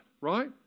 right